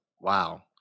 wow